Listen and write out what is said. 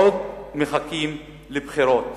עוד מחכים לבחירות.